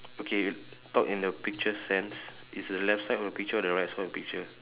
okay talk in the picture sense is it left side of the picture or right side of the picture